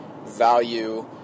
Value